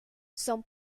son